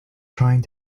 trying